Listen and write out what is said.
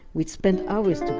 we'd spend hours